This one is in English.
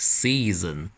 season